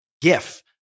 GIF